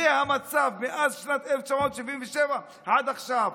זה המצב מאז שנת 1977 ועד עכשיו.